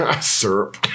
Syrup